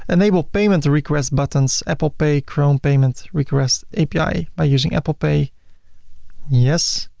enable payment request buttons, apple pay, chrome payment request api by using apple pay yes,